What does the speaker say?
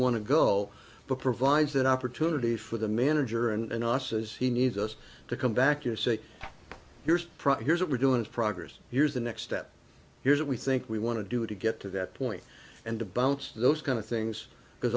want to go but provides that opportunity for the manager and us as he needs us to come back to say here's here's what we're doing is progress here's the next step here's what we think we want to do to get to that point and to bounce those kind of things because